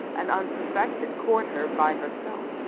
and unsuspected court her by herself.